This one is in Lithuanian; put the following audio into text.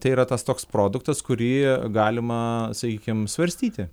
tai yra tas toks produktas kurį galima sakykim svarstyti